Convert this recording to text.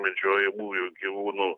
medžiojamųjų gyvūnų